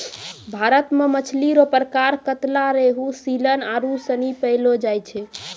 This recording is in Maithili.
भारत मे मछली रो प्रकार कतला, रेहू, सीलन आरु सनी पैयलो जाय छै